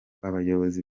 abayobozi